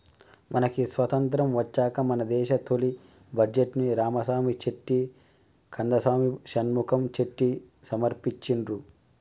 మనకి స్వతంత్రం వచ్చాక మన దేశ తొలి బడ్జెట్ను రామసామి చెట్టి కందసామి షణ్ముఖం చెట్టి సమర్పించిండ్రు